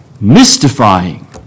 mystifying